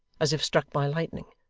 as if struck by lightning,